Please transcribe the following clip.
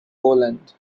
poland